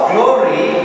Glory